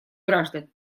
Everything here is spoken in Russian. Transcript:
граждан